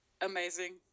amazing